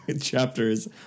chapters